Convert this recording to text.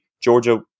Georgia